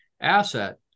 asset